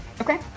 Okay